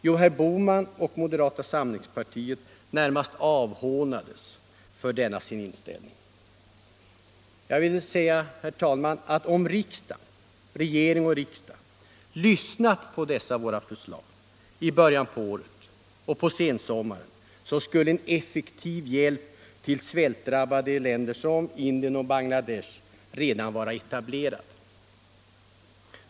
Jo, herr Bohman och moderata samlingspartiet närmast avhånades för sin inställning. Jag ville säga, herr talman, att om regeringen och riksdagen lyssnat på dessa våra förslag i början på året och på sensommaren, skulle en effektiv hjälp till svältdrabbade länder som Indien och Bangladesh redan vara etablerad.